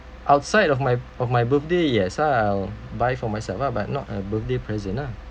outside of my of my birthday yes I'll buy for myself ah but not a birthday present lah